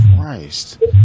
Christ